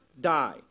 die